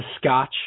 scotch